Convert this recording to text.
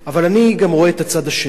אבל אני גם רואה את הצד השני.